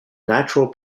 natural